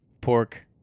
Pork